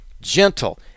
gentle